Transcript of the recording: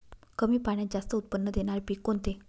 कमी पाण्यात जास्त उत्त्पन्न देणारे पीक कोणते?